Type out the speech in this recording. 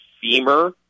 femur